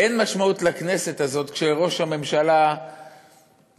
אין משמעות לכנסת הזאת כשראש הממשלה מחליט,